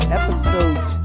episode